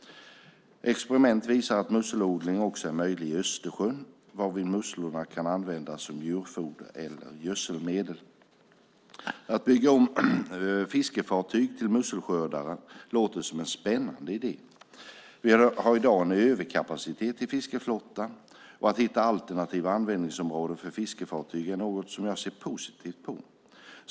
Experiment visar att musselodling också är möjlig i Östersjön, varvid musslorna kan användas som djurfoder eller gödselmedel. Att bygga om fiskefartyg till musselskördare låter som en spännande idé. Vi har i dag en överkapacitet i fiskeflottan och att hitta alternativa användningsområden för fiskefartyg är något jag ser positivt på.